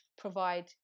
provide